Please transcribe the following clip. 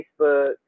Facebook